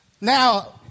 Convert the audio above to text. Now